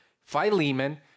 Philemon